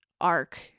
arc